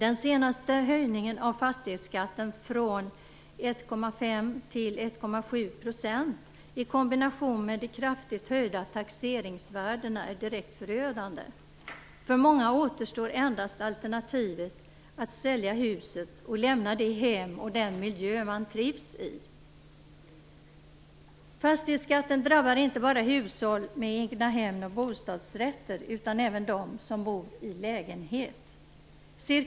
1,5 % till 1,7 %, är i kombination med de kraftigt höjda taxeringsvärdena direkt förödande. För många återstår endast alternativet att sälja huset och lämna det hem och den miljö man trivs i. Fastighetsskatten drabbar inte bara hushåll med egnahem och bostadsrätter. Även de som bor i hyreslägenhet drabbas.